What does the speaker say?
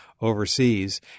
overseas